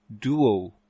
duo